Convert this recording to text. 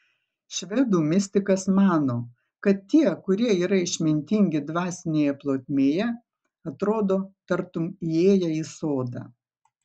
švedų mistikas mano kad tie kurie yra išmintingi dvasinėje plotmėje atrodo tartum įėję į sodą